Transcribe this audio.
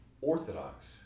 Orthodox